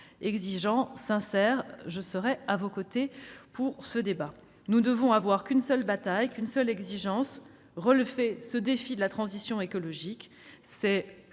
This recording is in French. ce sera le cas. Je serai à vos côtés dans ce débat. Nous ne devons avoir qu'une seule bataille, une seule exigence : relever le défi de la transition écologique. C'est